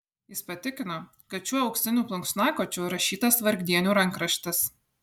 jis patikino kad šiuo auksiniu plunksnakočiu rašytas vargdienių rankraštis